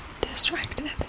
distracted